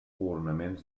ornaments